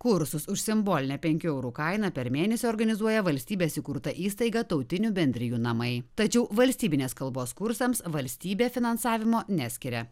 kursus už simbolinę penkių eurų kainą per mėnesį organizuoja valstybės įkurta įstaiga tautinių bendrijų namai tačiau valstybinės kalbos kursams valstybė finansavimo neskiria